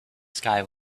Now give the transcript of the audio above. sky